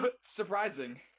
surprising